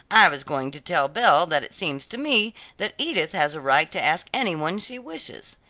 i was going to tell belle that it seems to me that edith has a right to ask any one she wishes.